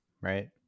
Right